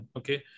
okay